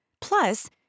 Plus